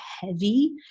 heavy